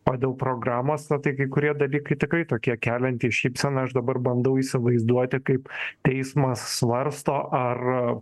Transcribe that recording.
o dėl programos na tai kai kurie dalykai tikrai tokie keliantys šypseną aš dabar bandau įsivaizduoti kaip teismas svarsto ar